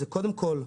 קודם כל,